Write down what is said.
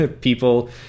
people